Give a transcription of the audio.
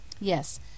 Yes